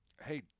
Hey